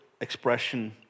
expression